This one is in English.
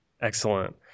Excellent